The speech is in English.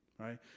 Right